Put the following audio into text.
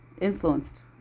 influenced